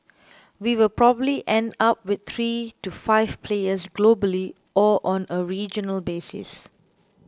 we will probably end up with three to five players globally or on a regional basis